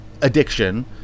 addiction